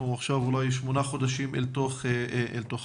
אנחנו עכשיו אולי שמונה חודשים אל תוך המשבר.